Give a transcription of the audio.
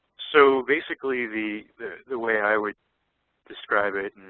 so basically the the way i would describe it,